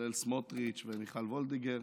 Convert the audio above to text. בצלאל סמוטריץ' ומיכל וולדיגר.